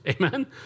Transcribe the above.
Amen